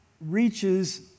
reaches